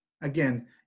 again